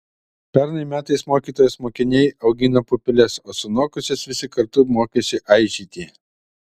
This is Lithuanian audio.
pernai metais mokytojos mokiniai augino pupeles o sunokusias visi kartu mokėsi aižyti